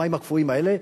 המים הקפואים האלה,